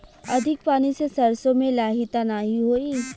अधिक पानी से सरसो मे लाही त नाही होई?